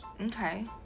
Okay